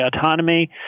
autonomy